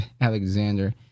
Alexander